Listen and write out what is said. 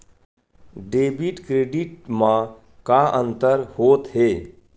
Debit credit मा का अंतर होत हे?